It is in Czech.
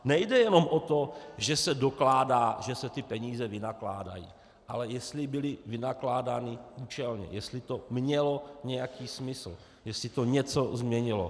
Nejde jenom o to, že se dokládá, že se ty peníze vynakládají, ale jestli byly vynakládány účelně, jestli to mělo nějaký smysl, jestli to něco změnilo.